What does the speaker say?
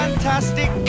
Fantastic